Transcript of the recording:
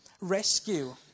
rescue